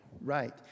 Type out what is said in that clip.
right